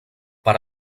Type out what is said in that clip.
per